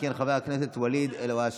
חבר הכנסת ואליד אלהואשלה.